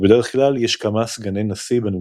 ובדרך כלל יש כמה סגני נשיא בנציבות.